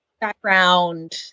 background